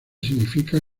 significa